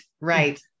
right